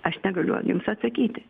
aš negaliu jums atsakyti